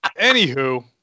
Anywho